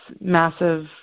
massive